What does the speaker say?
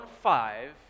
five